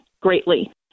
greatly